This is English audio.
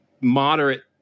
moderate